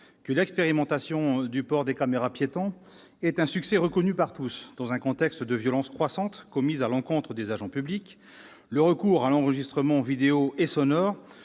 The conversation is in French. que l'expérimentation du port des caméras-piétons « est un succès reconnu par tous ». Il ajoutait :« Dans un contexte de violences croissantes commises à l'encontre des agents publics, le recours à l'enregistrement vidéo et sonore